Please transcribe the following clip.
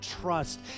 trust